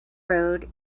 road